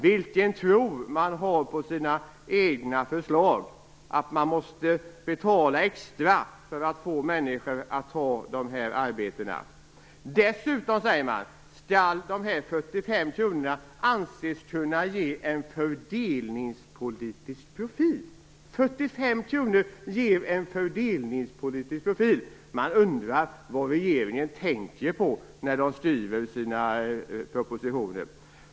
Vilken tilltro har man till sina egna förslag, när man anser att man måste betala extra för att få människor att ta de här arbetena? Dessutom skall dessa 45 kr anses kunna ge en fördelningspolitisk profil - 45 kr skulle ge "en fördelningspolitisk profil"! Man undrar vad regeringen tänker på när de skriver sina propositioner.